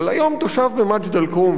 אבל היום תושב במג'ד-אל-כרום,